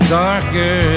darker